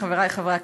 חברי חברי הכנסת,